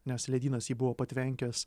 nes ledynas jį buvo patvenkęs